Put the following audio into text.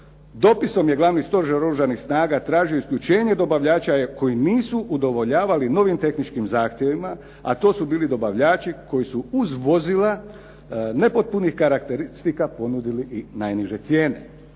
dopisom je Glavni stožer Oružanih snaga tražio isključenje dobavljača koji nisu udovoljavali novim tehničkim zahtjevima, a to su bili dobavljači koji su uz vozila nepotpunih karakteristika ponudili i najniže cijene.